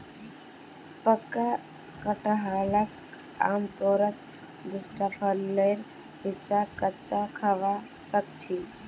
पक्का कटहलक आमतौरत दूसरा फलेर हिस्सा कच्चा खबा सख छि